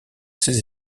ses